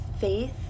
faith